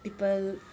people